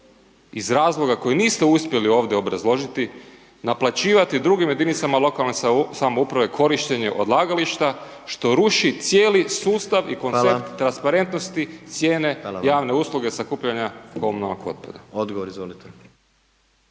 iz razloga koji niste uspjeli ovdje obrazložiti naplaćivati drugim jedinicama lokalne samouprave korištenje odlagališta, što ruši cijeli sustav i koncept .../Upadica: Hvala. /... cijene javne usluge .../Upadica: Hvala